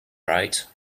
right